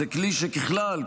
זה כלי שככלל,